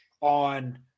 on